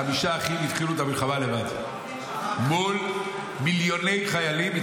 חמישה אחים התחילו את המלחמה לבד מול מיליוני חיילים.